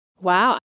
Wow